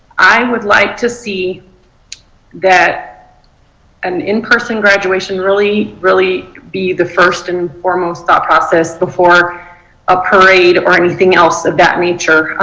i would like to see that an in person graduation really, really be the first and foremost ah process before a parade or anything else of that nature.